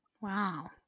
Wow